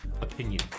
opinion